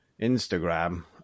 Instagram